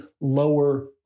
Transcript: lower